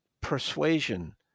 persuasion